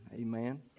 Amen